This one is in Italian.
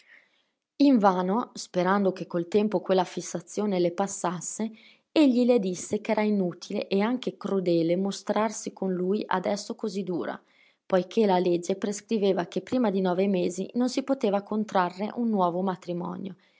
invano sperando che col tempo quella fissazione le passasse egli le disse ch'era inutile e anche crudele mostrarsi con lui adesso così dura poiché la legge prescriveva che prima di nove mesi non si poteva contrarre un nuovo matrimonio